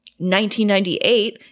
1998